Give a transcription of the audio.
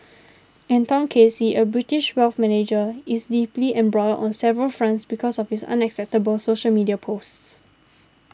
Anton Casey a British wealth manager is deeply embroiled on several fronts because of his unacceptable social media posts